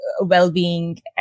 well-being